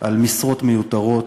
על משרות מיותרות,